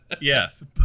Yes